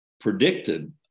Predicted